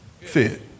fit